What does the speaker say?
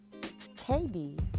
KD